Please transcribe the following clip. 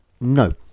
No